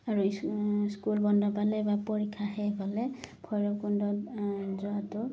আৰু স্কুল বন্ধ পালে বা পৰীক্ষা শেষ হ'লে ভৈৰৱকুণ্ডত যোৱাটো